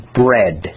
bread